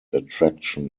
attraction